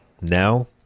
Now